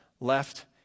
left